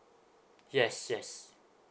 yes yes